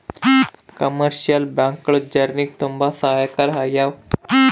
commercial ಬ್ಯಾಂಕ್ಗಳು ಜನ್ರಿಗೆ ತುಂಬಾ ಸಹಾಯಕಾರಿ ಆಗ್ಯಾವ